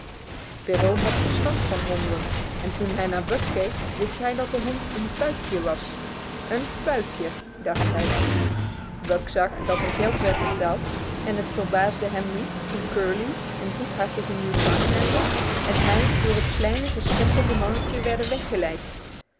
perrault had verstand van honden en toen hij naar buck keek wist hij dat de hond een puikje was een puikje dacht hij buck zag dat er geld werd betaald en het verbaasde hem niet toen curly een goedhartige newfoundlander en hij door het kleine verschrompelde mannetje werden weggeleid